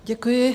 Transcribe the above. Děkuji.